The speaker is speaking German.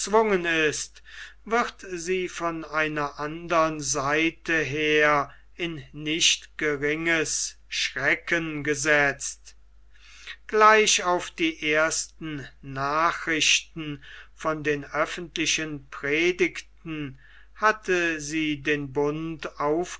ist wird sie von einer andern seite her in nicht geringes schrecken gesetzt gleich auf die ersten nachrichten von den öffentlichen predigten hatte sie den bund